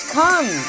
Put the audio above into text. come